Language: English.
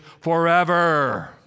forever